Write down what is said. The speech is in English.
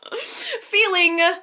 feeling